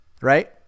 right